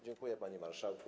Dziękuję, panie marszałku.